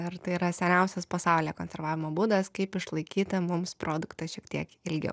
ir tai yra seniausias pasaulyje konservavimo būdas kaip išlaikyti mums produktą šiek tiek ilgiau